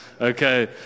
Okay